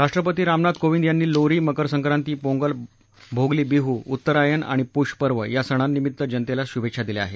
राष्ट्रपती रामनाथ कोविद यांनी लोरी मकर संक्रांती पोंगल भोगली बीडू उत्तरायन आणि पुश पर्व या सणांनिमित्त जनतेला शुभेच्छा दिल्या आहेत